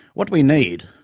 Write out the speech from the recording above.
what we need,